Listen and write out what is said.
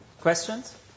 Questions